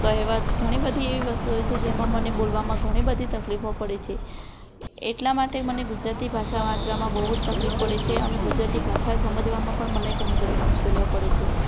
કહેવત ઘણી બધી એવી વસ્તુ હોય છે જેમાં મને બોલવામાં ઘણી બધી તકલીફો પડે છે એટલા માટે મને ગુજરાતી ભાષા વાંચવામાં બહુ જ તકલીફ પડે છે અને ગુજરાતી ભાષા સમજવામાં પણ મને ઘણી બધી મુશ્કેલીઓ પડે છે